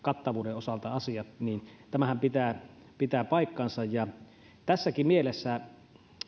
kattavuuden osalta niin tämähän pitää pitää paikkansa tässäkin mielessä